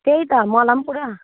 त्यही त मलाई पनि पुरा